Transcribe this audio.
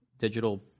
Digital